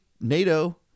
NATO